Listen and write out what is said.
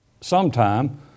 sometime